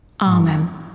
Amen